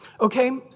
Okay